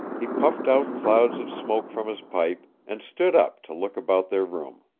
he puffed out clouds of smoke from his pipe, and stood up to look about their room.